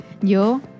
Yo